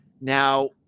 Now